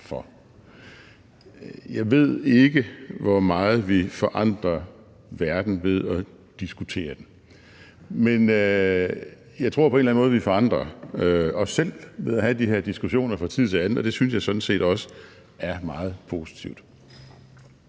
Jeg ved ikke, hvor meget vi forandrer verden ved at diskutere den, men jeg tror på en eller anden måde, vi forandrer os selv ved at have de her diskussioner fra tid til anden, og det synes jeg sådan set også er meget positivt.